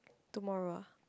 tomorrow ah